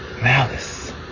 malice